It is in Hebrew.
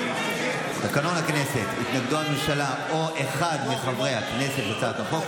תקנון הכנסת: "התנגדו הממשלה או אחד מחברי הכנסת להצעת החוק,